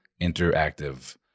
Interactive